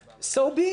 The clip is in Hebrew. בסדר,